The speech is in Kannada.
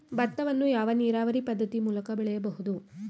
ಭತ್ತವನ್ನು ಯಾವ ನೀರಾವರಿ ಪದ್ಧತಿ ಮೂಲಕ ಬೆಳೆಯಬಹುದು?